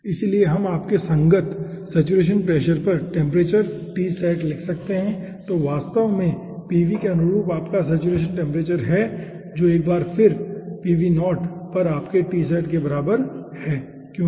इसलिए हम आपके संगत सैचुरेशन प्रेशर पर टेम्परेचर Tsat लिख सकते हैं जो वास्तव में के अनुरूप आपका सैचुरेशन टेम्परेचर है जो एक बार फिर पर आपके Tsat के बराबर है क्योंकि